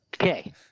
Okay